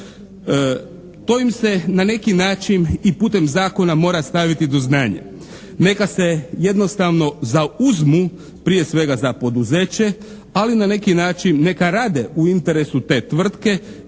To im se na neki način i putem zakona mora staviti do znanja. Neka se jednostavno zauzmu prije svega za poduzeće, ali na neki način neka rade u interesu te tvrtke